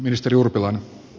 arvoisa puhemies